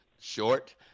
short